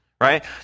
right